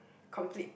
complete